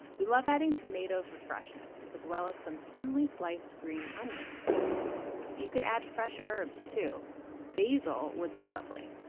we love adding tomato for freshness as well as some thinly sliced green onion you could add fresh herbs, too basil would be lovely.